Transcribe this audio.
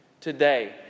today